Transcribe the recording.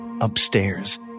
Upstairs